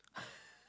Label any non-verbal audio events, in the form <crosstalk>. <laughs>